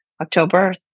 October